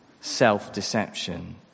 self-deception